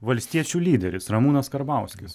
valstiečių lyderis ramūnas karbauskis